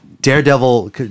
Daredevil